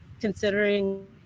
considering